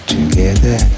Together